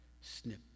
snip